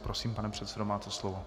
Prosím, pane předsedo, máte slovo.